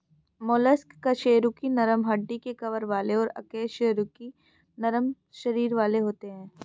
mollusc कशेरुकी नरम हड्डी के कवर वाले और अकशेरुकी नरम शरीर वाले होते हैं